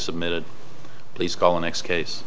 submitted please call the next case